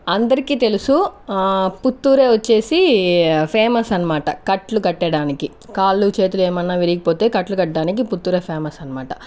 అందరికీ తెలుసు పుత్తూరే వచ్చేసి ఫేమస్ అన్మాట కట్లు కట్టడానికి కాళ్లు చేతులు ఏమన్నా విరిగిపోతే కట్లు కడ్డానికి పుత్తూరే ఫేమస్ అన్మాట